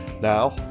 Now